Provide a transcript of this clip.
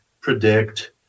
predict